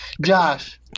Josh